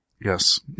Yes